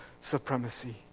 supremacy